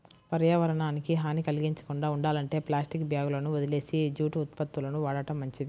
పర్యావరణానికి హాని కల్గించకుండా ఉండాలంటే ప్లాస్టిక్ బ్యాగులని వదిలేసి జూటు ఉత్పత్తులను వాడటం మంచిది